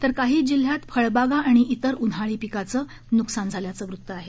तर काही जिल्ह्यात फळबागा आणि इतर उन्हाळी पिकांचं नुकसान झाल्याचं वृत्त आहे